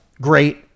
great